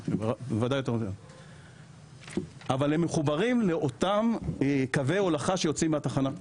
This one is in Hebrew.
אבל הן מחוברות לאותם קווי הולכה שיוצאים מתחנת הכוח,